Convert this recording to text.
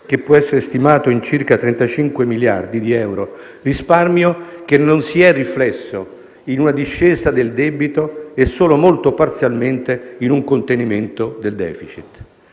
che può essere stimato in circa 35 miliardi di euro, risparmio che non si è riflesso in una discesa del debito né, se non solo molto parzialmente, in un contenimento del *deficit*.